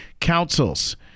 councils